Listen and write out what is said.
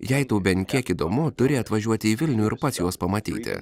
jei tau bent kiek įdomu turi atvažiuoti į vilnių ir pats juos pamatyti